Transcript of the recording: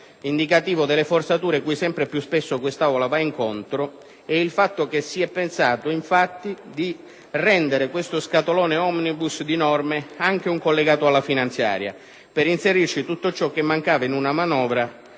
Indicativo delle forzature cui sempre più spesso quest'Aula va incontro è il fatto che si sia pensato di rendere questo scatolone *omnibus* di norme anche un collegato alla finanziaria, per inserirci tutto ciò che mancava in una manovra